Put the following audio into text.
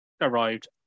arrived